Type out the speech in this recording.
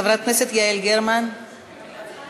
חברת הכנסת יעל גרמן, לא.